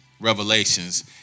revelations